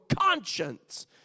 conscience